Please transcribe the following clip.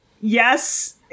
Yes